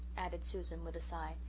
added susan, with a sigh,